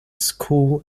school